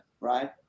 right